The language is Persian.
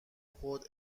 خود